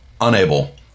unable